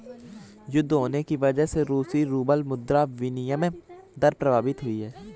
युद्ध होने की वजह से रूसी रूबल मुद्रा विनिमय दर प्रभावित हुई